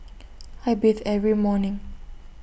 I bathe every morning